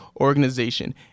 organization